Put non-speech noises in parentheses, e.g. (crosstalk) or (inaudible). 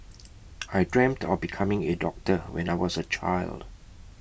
(noise) I dreamt of becoming A doctor when I was A child